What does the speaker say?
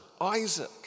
Isaac